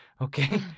okay